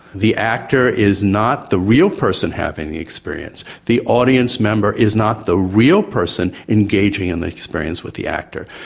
the actor is not the real person having the experience, the audience member is not the real person engaging in and the experience with the actor.